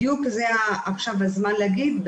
בדיוק עכשיו זה הזמן להגיד,